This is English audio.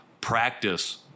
practice